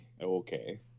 Okay